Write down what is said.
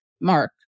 mark